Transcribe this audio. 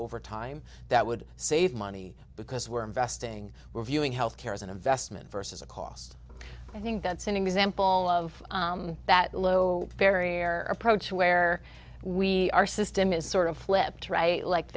over time that would save money because we're investing we're viewing health care as an investment versus a cost i think that's an example of that low barrier approach where we our system is sort of flipped right like